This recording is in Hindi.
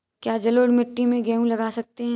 क्या जलोढ़ मिट्टी में गेहूँ लगा सकते हैं?